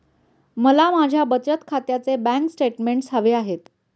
मला माझ्या बचत खात्याचे बँक स्टेटमेंट्स हवे आहेत